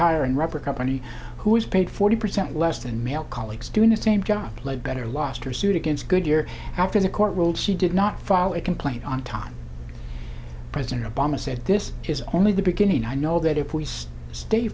and rubber company who was paid forty percent less than male colleagues doing the same job lead better lost her suit against goodyear after the court ruled she did not follow a complaint on time president obama said this is only the beginning i know that if we stay